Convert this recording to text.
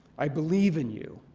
i believe in you.